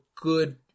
good